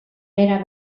bera